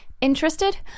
Interested